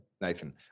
Nathan